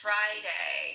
Friday